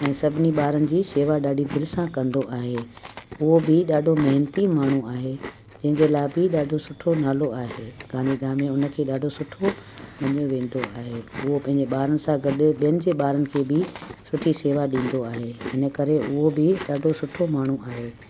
ऐं सभिनी ॿारनि जी शेवा ॾाढी दिलि सां कंदो आहे उहो बि ॾाढो महिनती माण्हू आहे जंहिंजे लाइ बि ॾाढो सुठो नालो आहे गांधीधाम में हुनखे ॾाढो सुठो मञियो वेंदो आहे उहो पंहिंजे ॿारनि सां गॾु ॿियनि जे ॿारनि खे बि सुठी सेवा ॾींदो आहे इनकरे उहो बि ॾाढो सुठो माण्हू आहे